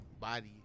body